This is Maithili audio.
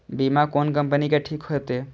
बीमा कोन कम्पनी के ठीक होते?